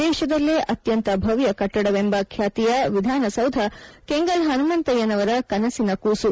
ದೇಶದಲ್ಲೇ ಅತ್ಯಂತ ಭವ್ದ ಕಟ್ಟಡವೆಂಬ ಖ್ಯಾತಿಯ ವಿಧಾನಸೌಧ ಕೆಂಗಲ್ ಪನುಮಂತಯ್ಲನವರ ಕನಸಿನ ಕೂಸು